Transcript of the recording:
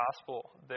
gospel